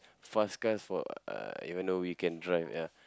fast cars for uh even though we can drive ya